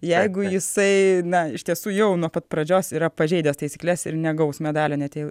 jeigu jisai na iš tiesų jau nuo pat pradžios yra pažeidęs taisykles ir negaus medalio net jei